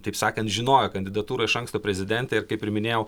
taip sakant žinojo kandidatūrą iš anksto prezidentė ir kaip ir minėjau